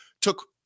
took